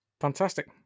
fantastic